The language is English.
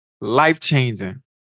Life-changing